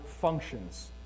functions